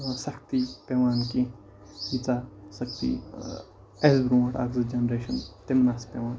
سختی پٮ۪وان کینٛہہ ییٖژاہ سختی اَسہِ برونٛٹھ اَکھ زٕ جَنریشَن تِمَن آسہٕ پٮ۪وان